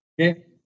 Okay